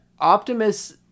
Optimus